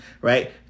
right